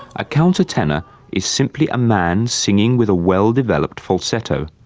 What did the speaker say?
a countertenor is simply a man singing with a well developed falsetto.